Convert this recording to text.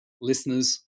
listeners